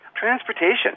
Transportation